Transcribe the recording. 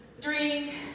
drink